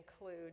include